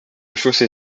chaussée